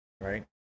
Right